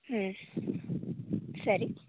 ಸರಿ